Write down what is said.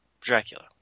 Dracula